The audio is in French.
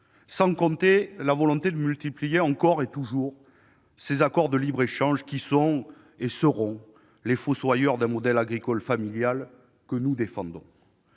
Sans compter la volonté de multiplier encore et toujours les accords de libre-échange qui sont et seront les fossoyeurs du modèle agricole familial que nous défendons